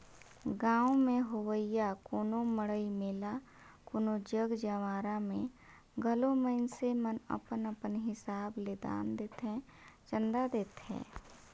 गाँव में होवइया कोनो मड़ई मेला कोनो जग जंवारा में घलो मइनसे मन अपन अपन हिसाब ले दान देथे, चंदा देथे